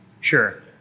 Sure